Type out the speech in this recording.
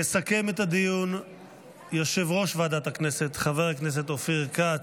יסכם את הדיון יושב-ראש ועדת הכנסת חבר הכנסת אופיר כץ.